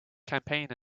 campaign